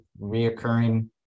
reoccurring